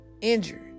injured